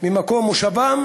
ממקום מושבם